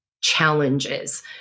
challenges